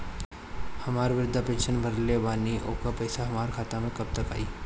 हम विर्धा पैंसैन भरले बानी ओकर पईसा हमार खाता मे कब तक आई?